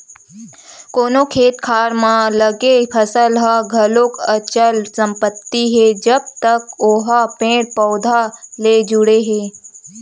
कोनो खेत खार म लगे फसल ह घलो अचल संपत्ति हे जब तक ओहा पेड़ पउधा ले जुड़े हे